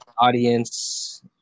audience